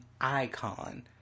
icon